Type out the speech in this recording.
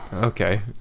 Okay